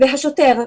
והשוטר,